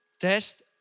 Test